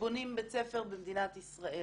כשבונים בית ספר במדינת ישראל,